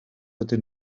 ydyn